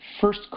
first